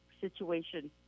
situation